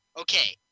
okay